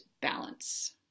balance